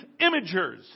imagers